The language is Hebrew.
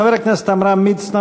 חבר הכנסת עמרם מצנע,